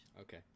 Okay